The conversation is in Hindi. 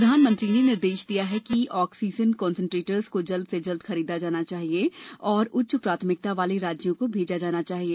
प्रधानमंत्री ने निर्देश दिया कि इन ऑक्सीजन कंसेंट्रेटर्स को जल्द से जल्द खरीदा जाना चाहिए और उच्च प्राथमिकता वाले राज्यों को भेजा जाना चाहिए